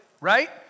right